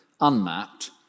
unmapped